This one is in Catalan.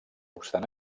obstant